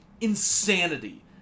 insanity